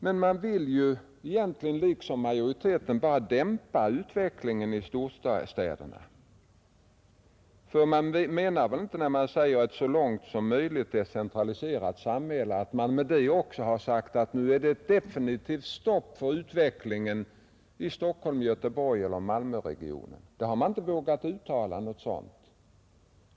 Men man vill egentligen liksom majoriteten bara dämpa utvecklingen i storstäderna. Ty man menar väl inte, när man talar om ett så långt möjligt decentraliserat samhälle, att man därmed också har sagt att nu skall det definitivt sättas stopp för utvecklingen i Stockholms-, Göteborgseller Malmöregionen? Något sådant har man inte vågat uttala.